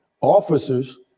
officers